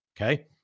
Okay